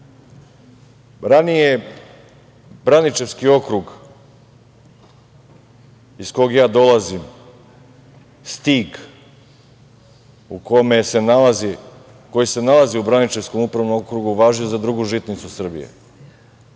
Braničevski okrug iz kog dolazim, Stig koji se nalazi u Braničevskom upravnom okrugu, važio je za drugu žitnicu Srbije.